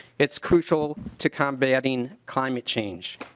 it's crucial to combating climate change.